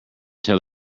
tell